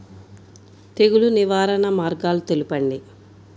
తెగులు నివారణ మార్గాలు తెలపండి?